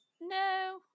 No